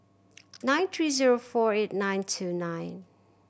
nine three zero four eight nine two nine